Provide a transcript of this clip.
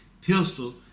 pistol